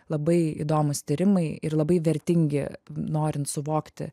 labai įdomūs tyrimai ir labai vertingi norint suvokti